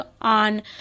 on